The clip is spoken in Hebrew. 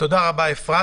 תודה רבה, אפרת.